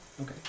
Okay